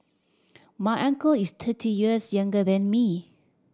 my uncle is thirty years younger than me